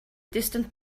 distant